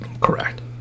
correct